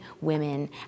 women